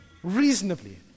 reasonably